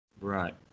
right